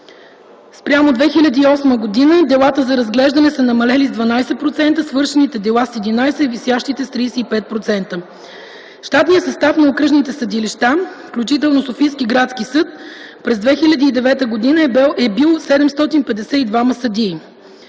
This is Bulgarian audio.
Спрямо 2008 г. делата за разглеждане са намалели с 12%, свършените дела с 11%, а висящите – с 35%. Щатният състав на окръжните съдилища, включително Софийски градски съд, през 2009 г. е бил 752 съдии.